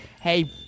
hey